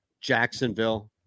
Jacksonville